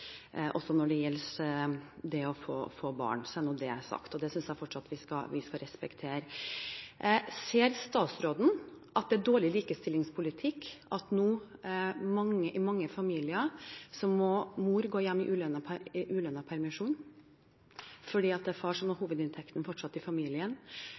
også når det gjelder det å få barn, så er nå det sagt. Det synes jeg fortsatt vi skal respektere. Ser statsråden at det er dårlig likestillingspolitikk at i mange familier må mor gå hjemme i ulønnet permisjon fordi det er far som fortsatt har hovedinntekten i familien? Jeg vet ikke om statsråden får mange henvendelser – de gjør kanskje ikke det, og det er